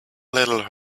little